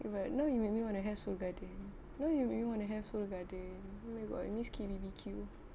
but now you make me wanna have Seoul Garden where you wanna have Seoul Garden oh my god I miss kim B_B_Q